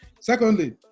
Secondly